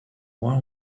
one